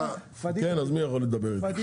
אז מי יכול לדבר איתי?